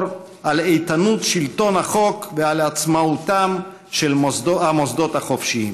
על איתנות שלטון החוק ועל עצמאותם של המוסדות החופשיים.